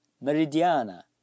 Meridiana